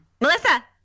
Melissa